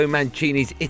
Mancini's